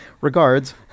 Regards